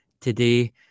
today